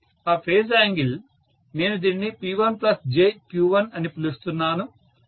ఆ phase angle నేను దీనిని P1jQ1 అని పిలుస్తున్నాను